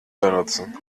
benutzen